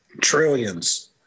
Trillions